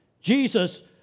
Jesus